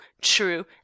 true